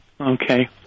Okay